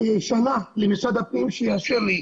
שנה למשרד הפנים שיאשר לי,